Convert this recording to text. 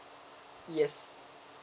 yes